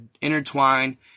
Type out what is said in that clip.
intertwine